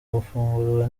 gufungurwa